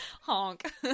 Honk